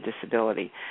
disability